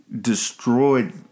destroyed